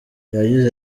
yagize